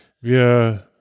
Wir